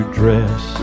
dress